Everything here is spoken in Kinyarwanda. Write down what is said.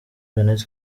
jeannette